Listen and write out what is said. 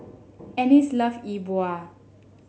Ennis love Yi Bua